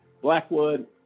Blackwood